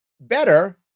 better